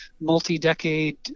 multi-decade